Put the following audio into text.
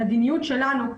המדיניות שלנו,